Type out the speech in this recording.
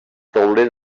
tauler